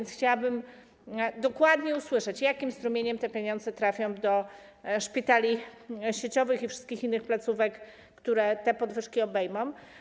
Chciałabym dokładnie usłyszeć: Jakim strumieniem te pieniądze trafią do szpitali sieciowych i wszystkich innych placówek, które te podwyżki obejmą?